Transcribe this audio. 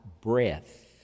breath